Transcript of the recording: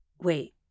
wait